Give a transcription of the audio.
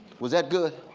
was that good?